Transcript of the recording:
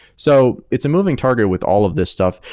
so it's a moving target with all of this stuff,